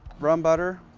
rum butter.